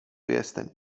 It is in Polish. jestem